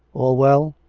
all well?